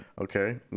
Okay